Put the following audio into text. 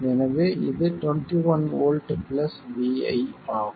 எனவே இது 21 V vi ஆகும்